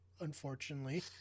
unfortunately